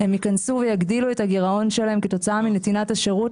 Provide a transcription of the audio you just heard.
ייכנסו ויגדילו את הגירעון שלהם כתוצאה מנתיבת השירות.